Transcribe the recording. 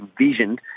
envisioned